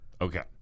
Okay